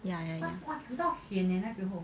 ya ya ya